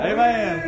Amen